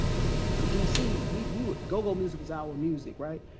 for d c, we go-go music was our music, right?